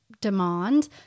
demand